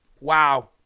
Wow